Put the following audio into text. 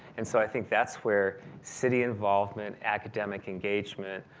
and so i think that's where city involvement academic engagement,